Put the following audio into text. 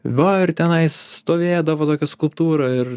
va ir tenai stovėdavo tokia skulptūra ir